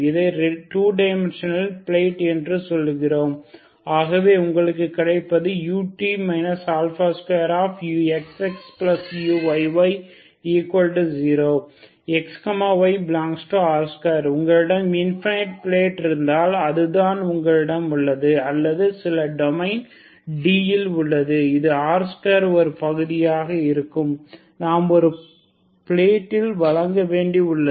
இதை 2 டைமெண்ஷனலில் பிளேட் என்று சொல்கிறோம் ஆகவே உங்களுக்கு கிடைப்பது ut 2uxxuyy0 x y∈R2 உங்களிடம் இன்பினிட் பிளேட் இருந்தால் அதுதான் உங்களிடம் உள்ளது அல்லது சில டொமைன் D ல் உள்ளது அது R2 இல் ஒரு பகுதியாக இருக்கும் நாம் ஒரு பிளேட்டில் வழங்க வேண்டி உள்ளது